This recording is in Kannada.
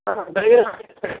ಹಾಂ ಬೆಳಗ್ಗೆ